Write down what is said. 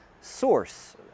source